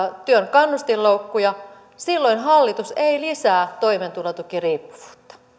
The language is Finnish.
työn kannustinloukkuja silloin hallitus ei lisää toimeentulotukiriippuvuutta